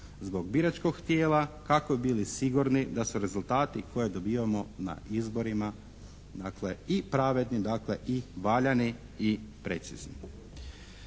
zbog biračkog tijela kako bi bili sigurni da su rezultati koje dobivamo na izborima dakle i pravedni i valjani i precizni.